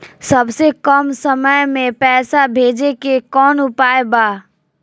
सबसे कम समय मे पैसा भेजे के कौन उपाय बा?